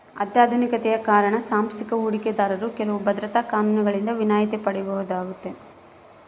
ಅತ್ಯಾಧುನಿಕತೆಯ ಕಾರಣ ಸಾಂಸ್ಥಿಕ ಹೂಡಿಕೆದಾರರು ಕೆಲವು ಭದ್ರತಾ ಕಾನೂನುಗಳಿಂದ ವಿನಾಯಿತಿ ಪಡೆಯಬಹುದಾಗದ